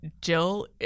Jill